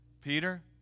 Peter